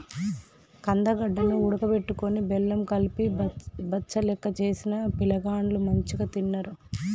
కందగడ్డ ను ఉడుకబెట్టుకొని బెల్లం కలిపి బచ్చలెక్క చేసిన పిలగాండ్లు మంచిగ తిన్నరు